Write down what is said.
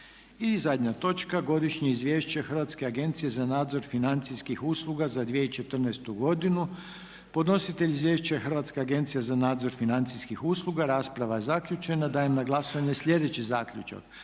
I zadnja točka Godišnje izvješće Hrvatske agencije za nadzor financijskih usluga za 2014. godinu. Podnositelj izvješća je Hrvatska agencija za nadzor financijskih usluga. Rasprava je zaključena. Dajem na glasovanje sljedeći zaključak.